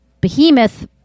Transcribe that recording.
behemoth